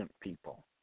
people